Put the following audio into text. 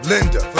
Linda